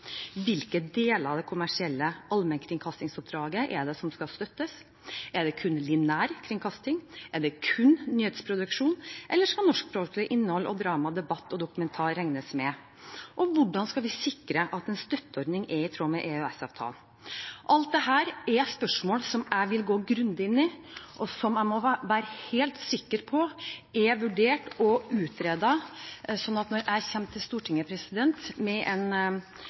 Hvilke deler av det kommersielle allmennkringkastingsoppdraget er det som skal støttes? Er det kun lineær kringkasting, kun nyhetsproduksjon, eller skal norskspråklig innhold og drama, debatt og dokumentar regnes med? Hvordan skal vi sikre at en støtteordning er i tråd med EØS-avtalen? Alt dette er spørsmål som jeg vil gå grundig inn i, og som jeg må være helt sikker på er vurdert og utredet, slik at når jeg kommer til Stortinget med et forslag til modell, vet vi at det vil være en